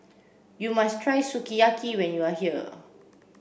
you must try Sukiyaki when you are here